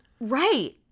Right